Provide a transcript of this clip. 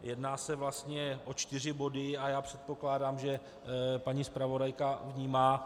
Jedná se vlastně o čtyři body a já předpokládám, že paní zpravodajka vnímá.